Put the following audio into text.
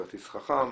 כרטיס חכם.